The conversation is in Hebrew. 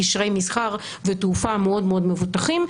קשרי מסחר ותעופה מאוד מאוד מבוטחים,